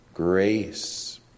Grace